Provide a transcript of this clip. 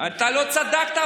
אתה לא צדקת.